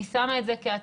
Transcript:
אני שמה את זה כהצעה,